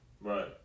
Right